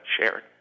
shared